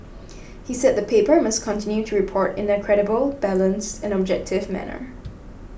he said the paper must continue to report in a credible balanced and objective manner